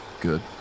good